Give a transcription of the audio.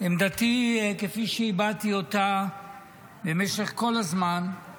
תמכתי בכך שהדבר הראשון והחשוב ביותר